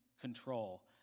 control